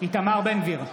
איתמר בן גביר,